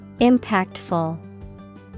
Impactful